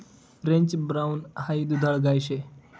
French brown हाई दुधाळ गाय शे